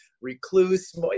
recluse